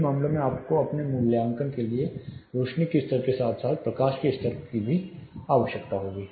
इन मामलों में आपको अपने मूल्यांकन के लिए रोशनी के स्तर के साथ साथ प्रकाश के स्तर की भी आवश्यकता होगी